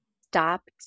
stopped